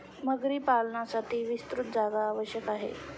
मगरी पालनासाठी विस्तृत जागा आवश्यक आहे